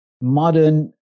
modern